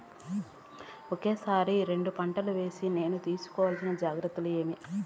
ఒకే సారి రెండు పంటలు వేసేకి నేను తీసుకోవాల్సిన జాగ్రత్తలు ఏమి?